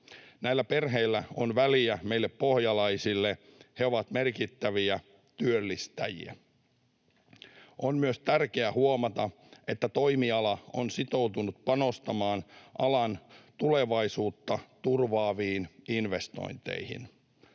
Näillä perheillä on väliä meille pohjalaisille; he ovat merkittäviä työllistäjiä. On myös tärkeä huomata, että toimiala on sitoutunut panostamaan alan tulevaisuutta turvaaviin investointeihin.